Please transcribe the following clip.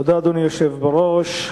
אדוני היושב-ראש,